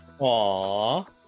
Aww